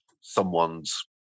someone's